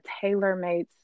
tailor-made